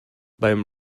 beim